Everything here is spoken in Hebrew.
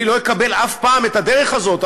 אני לא אקבל אף פעם את הדרך הזאת,